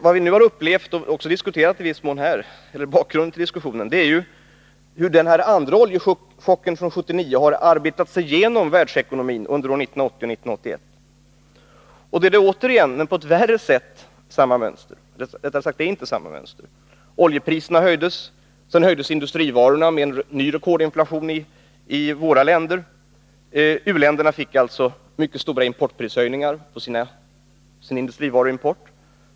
Vad vi nu har upplevt — och vad som i viss mån är bakgrunden till disskussionen här — är hur den andra oljechocken från 1979 har arbetat sig igenom världsekonomin under 1980 och 1981. Oljepriserna höjdes. Sedan höjdes priserna på industrivarorna med ny rekordinflation i våra länder. U-länderna fick alltså mycket stora importprishöjningar på sin industrivaruimport.